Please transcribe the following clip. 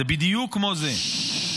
זה בדיוק כמו זה.